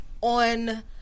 on